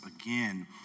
again